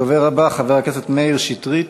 הדובר הבא, חבר הכנסת מאיר שטרית,